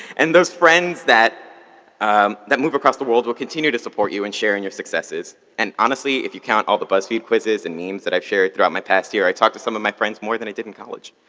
and those friends that that move across the world will continue to support you and share in your successes. and honestly if you count all the buzzfeed quizzes and memes that i've shared throughout my past year, i talk to some of my friends more than i did in college.